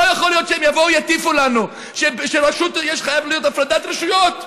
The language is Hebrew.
לא יכול להיות שהם יבואו ויטיפו לנו שחייבת להיות הפרדת רשויות,